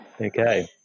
Okay